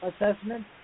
assessment